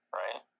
right